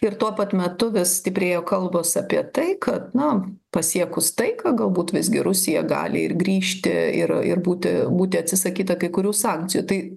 ir tuo pat metu vis stiprėjo kalbos apie tai kad na pasiekus taiką galbūt visgi rusija gali ir grįžti ir ir būti būti atsisakyta kai kurių sankcijų tai